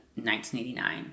1989